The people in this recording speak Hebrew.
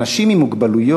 אנשים עם מוגבלויות